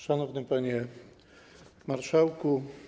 Szanowny Panie Marszałku!